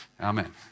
Amen